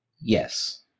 Yes